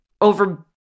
over